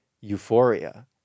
euphoria